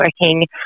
working